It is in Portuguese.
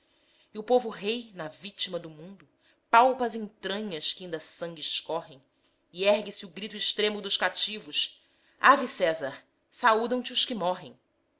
e o povo rei na vítima do mundo palpa as entranhas que inda sangue escorrem e ergue-se o grito extremo dos cativos ave cesar saúdam te os que morrem